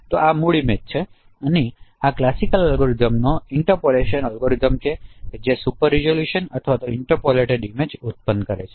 તો આ મૂળ ઇમેજ છે અને આ ક્લાસિકલ અલ્ગોરિધમનો ઇંટરપોલેશન અલ્ગોરિધમ છે જે સુપર રિઝોલ્યુશન અથવા ઇન્ટરપોલેટેડ ઇમેજ ઉત્પન્ન કરે છે